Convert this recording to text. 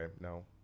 no